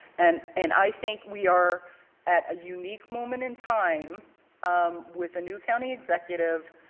and and i think we are at a unique moment in time um with a new county executive,